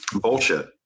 Bullshit